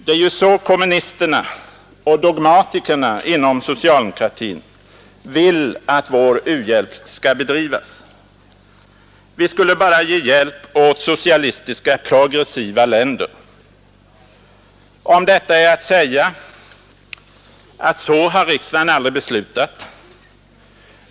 Det är ju så kommunisterna och dogmatikerna inom socialdemokratin vill att vår u-hjälp skall bedrivas. Vi skulle ge hjälp bara åt socialistiska, progressiva länder. Om detta är att säga, att så har riksdagen aldrig beslutat.